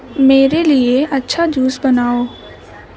میرے لیے اچھا جوس بناؤ